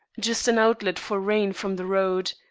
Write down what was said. just an outlet for rain from the road.